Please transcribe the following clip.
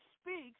speaks